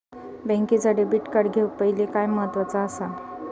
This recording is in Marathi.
बँकेचा डेबिट कार्ड घेउक पाहिले काय महत्वाचा असा?